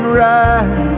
right